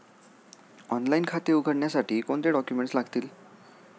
Online खाते उघडण्यासाठी कोणते डॉक्युमेंट्स लागतील?